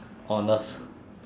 honest